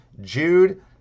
Jude